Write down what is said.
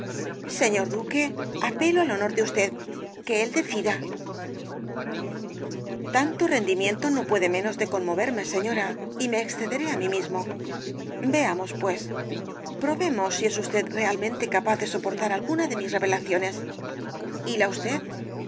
señor duque apelo al honor de usted que él decida tanto rendimiento no puede menos de conmoverme señora y me excederé á mí mismo veamos pues probemos si es usted realmente capaz de soportar alguna de mis revelaciones etila usted